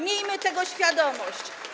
Miejmy tego świadomość.